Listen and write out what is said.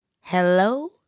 Hello